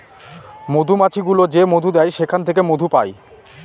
মধুমাছি গুলো যে মধু দেয় সেখান থেকে মধু পায়